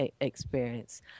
experience